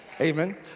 Amen